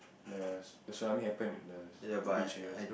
there's the tsunami happened there's the beach areas